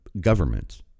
government